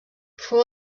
fou